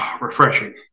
Refreshing